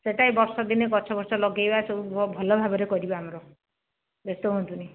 ସେହିଟା ଏ ବର୍ଷା ଦିନ ଗଛ ଗଛ ଲଗାଇବା ସବୁ ଭଲ ଭାବରେ କରିବା ଆମର ବ୍ୟସ୍ତ ହୁଅନ୍ତୁନି